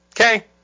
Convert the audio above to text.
Okay